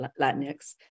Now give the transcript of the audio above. Latinx